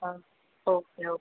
ಹಾಂ okay okay